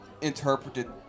interpreted